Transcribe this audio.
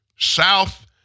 South